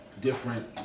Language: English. different